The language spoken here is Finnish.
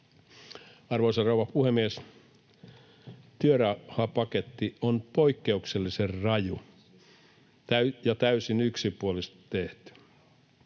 Arvoisa rouva puhemies! Työrauhapaketti on poikkeuksellisen raju ja täysin yksipuolisesti tehty.